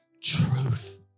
truth